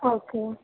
okay